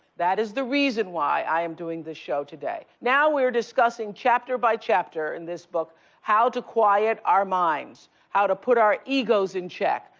that is the reason why i am doing this show today. now, we're discussing chapter by chapter in this book how to quiet our minds, how to put our egos in check,